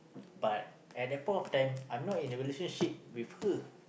but at that point of time I am not in relationship with her